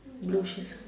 blue shoes